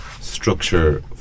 structure